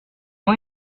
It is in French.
moi